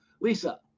Lisa